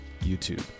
YouTube